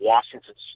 Washington